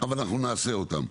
אבל אנחנו נעשה אותם.